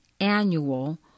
annual